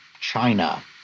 China